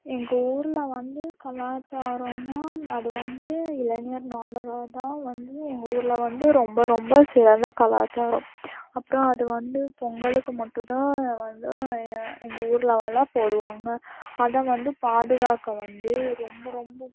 எங்கள் ஊரில் வந்து கலாச்சாரனா அது வந்து இளைஞர் நாடகம் தான் வந்து எங்கள் ஊரில் வந்து ரொம்ப ரொம்ப சிறந்த கலாச்சாரம் அப்பறம் அது வந்து பொங்கலுக்கு மட்டும்தான் அதை வந்து எங்கள் ஊர்லலாம் போடுவாங்க அதை வந்து பாதுகாக்க வந்து ரொம்ப ரொம்ப